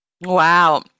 Wow